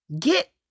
Get